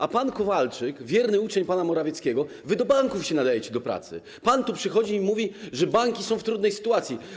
A pan Kowalczyk, wierny uczeń pana Morawieckiego - wy do banków się nadajecie do pracy - przychodzi i mówi, że banki są w trudnej sytuacji.